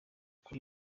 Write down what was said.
kuri